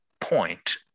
point